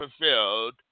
fulfilled